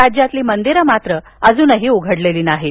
राज्यातली मंदिरं मात्र अजून उघडलेली नाहीत